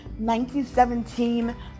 1917